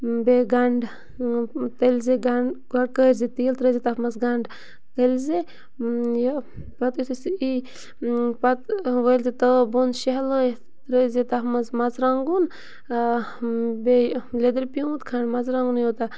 بیٚیہِ گَنٛڈٕ تٔلۍزِ گَنٛڈٕ گۄڈٕ کٲرۍ زِ تیٖل ترٛٲوۍزِ تَتھ منٛز گَنٛڈٕ تٔلۍزِ یہِ پَتہٕ یُتھٕے سُہ ای پَتہٕ وٲلۍزِ تٲو بۄن شہلٲیِتھ ترٛٲوزِ تَتھ منٛز مرژٕوانٛگُن بیٚیہِ لیٚدٕر پیوٗنٛت کھَنٛڈ مَرژٕوانٛگُنے یوتاہ